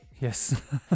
Yes